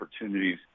opportunities